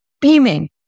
beaming